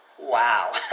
Wow